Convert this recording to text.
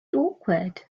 awkward